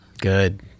Good